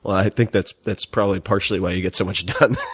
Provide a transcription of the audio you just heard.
i think that's that's probably partially why you get so much done.